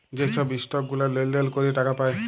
যে ছব ইসটক গুলা লেলদেল ক্যরে টাকা পায়